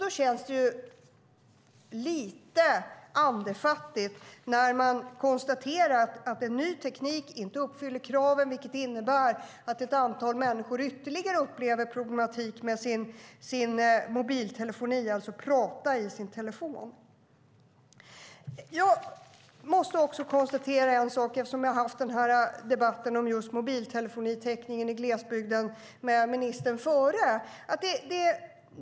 Det känns lite andefattigt när man konstaterar att en ny teknik inte uppfyller kraven, vilket innebär att ett antal människor ytterligare upplever problematik med sin mobiltelefoni, alltså att prata i sin telefon. Jag måste också konstatera en sak, eftersom jag har haft den här debatten om just mobiltelefonitäckningen i glesbygden med den förra ministern.